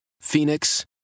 Phoenix